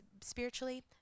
spiritually